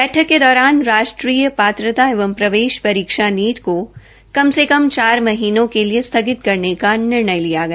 बैठक के दौरान राष्ट्रीय पात्रता एवं प्रवेश परीक्षा नीट को कम से कम चार महीनों के लिए स्थगित करने का निर्णय लिया गया